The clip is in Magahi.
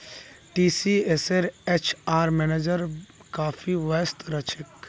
टीसीएसेर एचआर मैनेजर काफी व्यस्त रह छेक